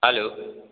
hello